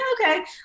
okay